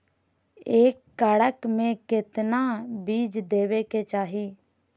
एक एकड़ मे केतना बीज देवे के चाहि?